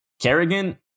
Kerrigan